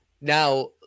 now